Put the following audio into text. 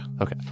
Okay